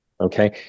okay